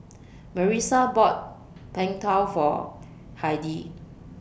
Marisa bought Png Tao For Heidi